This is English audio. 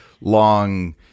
long